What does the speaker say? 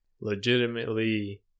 legitimately